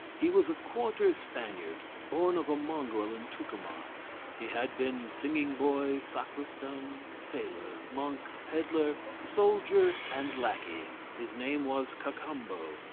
he was a quarter spaniard, born of a mongrel in tucuman he had been singing-boy, sacristan, sailor, monk, pedlar, soldier, and lackey. his name was cacambo,